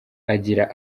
agira